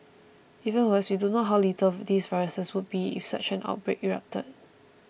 even worse we don't know how lethal these viruses would be if such an outbreak erupted